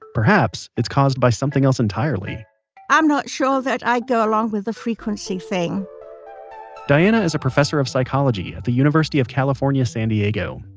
perhaps it's caused by something else entirely i'm not sure that i go along with the frequency thing diana is a professor of psychology at the university of california, san diego.